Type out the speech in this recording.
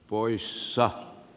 poissa